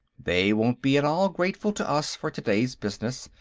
they won't be at all grateful to us for today's business,